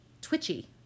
twitchy